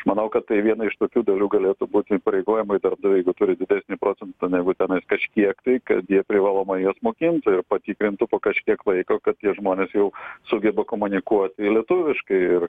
manau kad tai viena iš tokių dalių galėtų būti įpareigojimai darbdaviui jeigu turi didesnį procentą negu tenais kažkiek tai kad jie privalomai juos mokintų ir patikrintų po kažkiek laiko kad tie žmonės jau sugeba komunikuoti lietuviškai ir